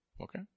Okay